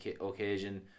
occasion